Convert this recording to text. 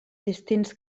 distints